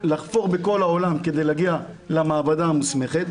לחפור בכל העולם כדי להגיע למעבדה המוסמכת.